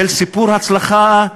של סיפור הצלחה,